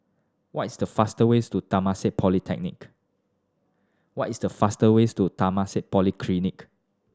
what is the faster ways to Temasek Polytechnic what is the faster ways to Temasek Polytechnic